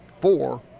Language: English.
four